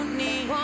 need